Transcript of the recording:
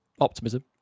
optimism